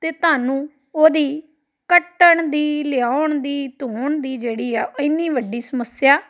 ਅਤੇ ਤੁਹਾਨੂੰ ਉਹਦੀ ਕੱਟਣ ਦੀ ਲਿਆਉਣ ਦੀ ਧੋਣ ਦੀ ਜਿਹੜੀ ਆ ਇੰਨੀ ਵੱਡੀ ਸਮੱਸਿਆ